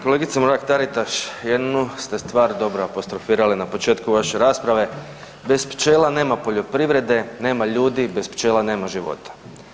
Kolegice Mrak-Taritaš, jednu ste stvar dobro apostrofirali na početku vaše rasprave, bez pčela nema poljoprivrede, nema ljudi, bez pčela nema života.